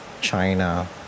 China